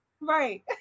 Right